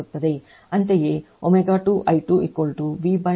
ಅಂತೆಯೇ ω2 I 2 V√ 2 R ಕೋನದಲ್ಲಿ 45 degree